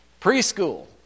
Preschool